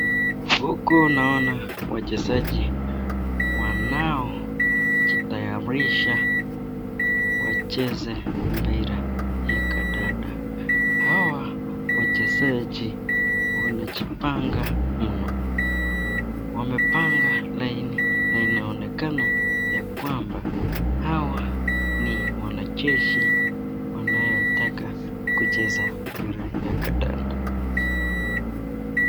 Huku naona wachezaji wanaojitayarisha wacheze mpira wa kandanda. Hawa wachezaji wanajipanga mno. Wamepanga laini na inaonekana ya kwamba hawa ni wanajeshi wanayotaka kucheza mpira ya kandanda.